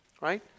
Right